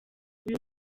uyu